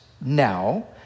now